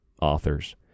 authors